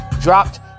dropped